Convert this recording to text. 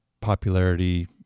popularity